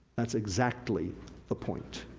that's exactly the point.